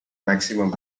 maximum